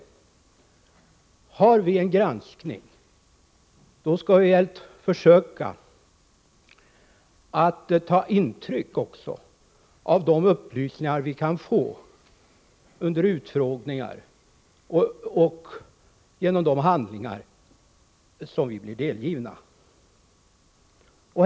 Om det sker en granskning skall vi väl också försöka ta intryck av de upplysningar som vi får under utfrågningar och genom de handlingar som vi blir delgivna.